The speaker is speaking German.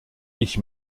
ich